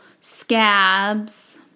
scabs